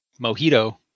mojito